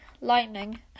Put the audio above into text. lightning